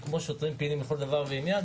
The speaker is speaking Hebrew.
הם כמו שוטרים פעילים לכל דבר ועניין.